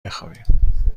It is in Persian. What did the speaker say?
بخوابیم